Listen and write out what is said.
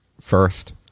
first